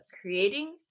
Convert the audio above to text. creating